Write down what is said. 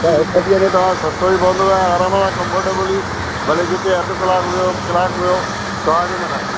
त हिकु ॾींहं में तव्हां सस्तो बि पवंदो ऐं आराम सां कमफर्टेबली भले जिते अधु कलाक विहो कलाक विहो तव्हांजे मथां आहे